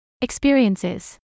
Experiences